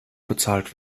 bezahlt